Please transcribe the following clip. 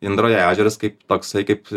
indarjo ežeras kaip toksai kaip